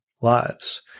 lives